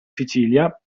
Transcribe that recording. sicilia